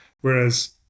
Whereas